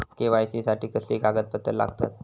KYC साठी कसली कागदपत्र लागतत?